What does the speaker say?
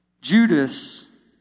Judas